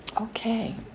Okay